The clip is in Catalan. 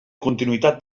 continuïtat